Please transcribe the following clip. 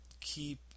keep